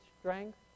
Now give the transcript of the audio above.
strength